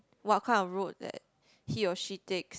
what kind of road that he or she takes